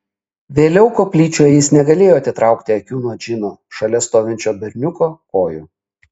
vėliau koplyčioje jis negalėjo atitraukti akių nuo džino šalia stovinčio berniuko kojų